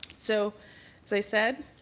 so as i said,